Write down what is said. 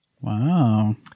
Wow